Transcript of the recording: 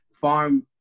farm